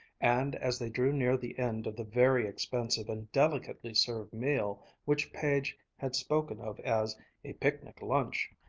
and as they drew near the end of the very expensive and delicately served meal which page had spoken of as a picnic-lunch,